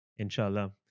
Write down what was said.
inshallah